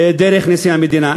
דרך נשיא המדינה.